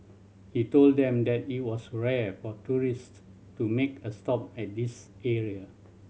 he told them that it was rare for tourist to make a stop at this area